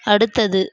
அடுத்தது